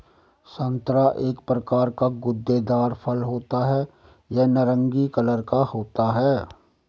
संतरा एक प्रकार का गूदेदार फल होता है यह नारंगी कलर का होता है